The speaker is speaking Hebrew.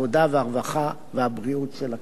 הרווחה והבריאות של הכנסת.